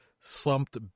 slumped